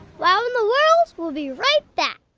wow in the world will be right back.